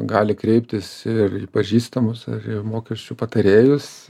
gali kreiptis ir į pažįstamus ar į mokesčių patarėjus